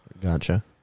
Gotcha